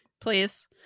please